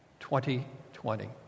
2020